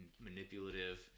manipulative